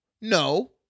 no